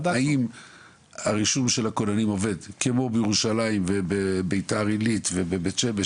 האם הרישום של הכוננים עובד כמו בירושלים וביתר עילית ובבית שמש,